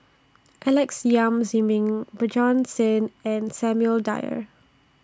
Alex Yam Ziming Bjorn Shen and Samuel Dyer